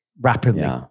rapidly